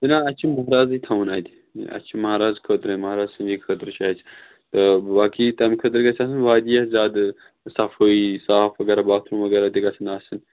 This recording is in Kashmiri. جِناب اَسہِ چھِ مَہرازٕے تھاوُن اَتہِ اَسہِ چھِ مَہراز خٲطرَے مَہراز سٕنٛدی خٲطرٕ چھُ اَسہِ تہٕ باقٕے تَمہِ خٲطرٕ گَژھِ آسٕنۍ واریاہ زیادٕ صفٲیی صاف وغیرہ باتھ روٗم وغیرہ تہِ گژھن آسٕنۍ